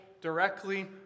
directly